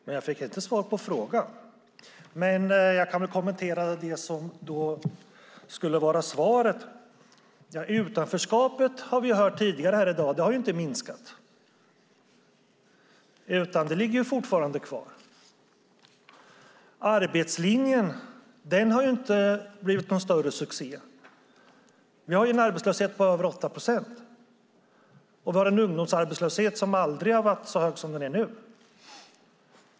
Fru talman! Jag fick inte svar på frågan, men jag kan kommentera det som skulle vara svaret. Vi har tidigare här i dag hört att utanförskapet inte har minskat. Det ligger fortfarande kvar. Arbetslinjen har inte blivit någon större succé. Vi har en arbetslöshet på över 8 procent, och vi har en ungdomsarbetslöshet som aldrig har varit så hög som nu.